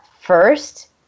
first